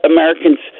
Americans